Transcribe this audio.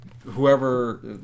Whoever